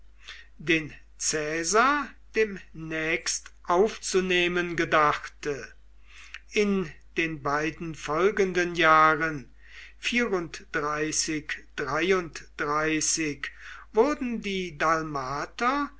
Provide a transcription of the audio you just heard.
den caesar demnächst aufzunehmen gedachte in den beiden folgenden jahren wurden die dalmater